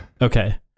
okay